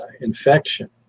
infection